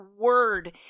word